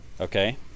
Okay